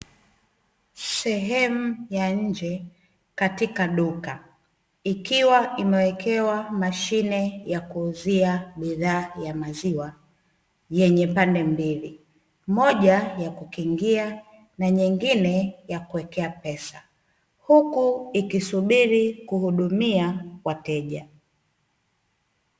Sehemu ya nje katika duka, ikiwa imewekewa mashine ya kuuzia bidhaa ya maziwa yenye pande mbili, moja ya kukingia na nyingine ya kuwekea pesa huku ikisubiri kuhudumia wateja.